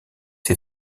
ses